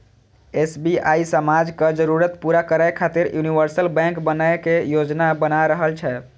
SBI समाजक जरूरत पूरा करै खातिर यूनिवर्सल बैंक बनै के योजना बना रहल छै